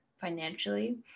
financially